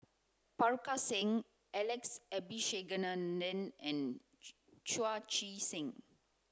Parga Singh Alex Abisheganaden and Chu Chee Seng